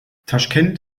taschkent